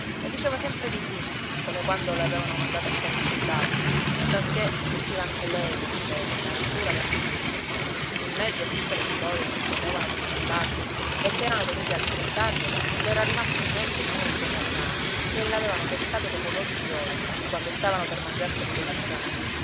e diceva sempre di sì come quando l'avevano mandato a fare il soldato talché sentiva anche lei una sete un'arsura da non dirsi in mezzo a tutte le storie che correvano pel villaggio e che erano venuti a raccontargliele le era rimasto in mente di uno di quei marinari che l'avevano pescato dopo dodici ore quando stavano per mangiarselo i pescicani